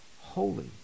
holy